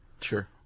Sure